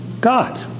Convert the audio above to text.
God